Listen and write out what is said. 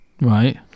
Right